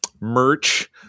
merch